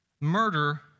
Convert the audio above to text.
murder